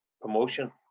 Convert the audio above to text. promotion